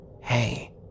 Hey